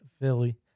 Philly